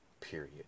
period